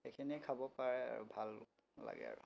এইখিনিয়ে খাব পাৰে আৰু ভাল লাগে আৰু